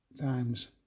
times